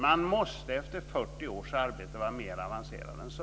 Man måste efter 40 års arbete vara mer avancerad än så.